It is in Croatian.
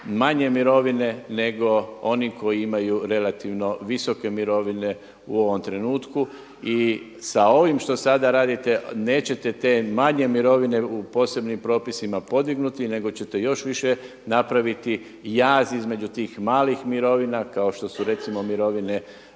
manje mirovine nego oni koji imaju relativno visoke mirovine u ovom trenutku. I sa ovim što sada radite nećete t manje mirovine u posebnim propisima podignuti nego ćete još više napraviti jaz između tih malih mirovina kao što su recimo mirovine